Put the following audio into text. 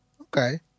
Okay